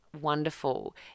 wonderful